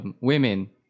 women